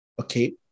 Okay